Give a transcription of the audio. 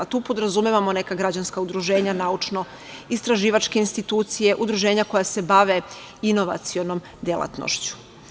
Tu podrazumevamo neka građanska udruženja, naučno-istraživačke institucije, udruženja koja se bave inovacionom delatnošću.